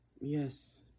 Yes